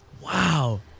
Wow